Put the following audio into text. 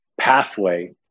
pathway